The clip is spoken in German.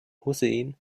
hussein